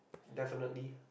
definitely